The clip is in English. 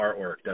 artwork